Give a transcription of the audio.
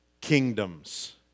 kingdoms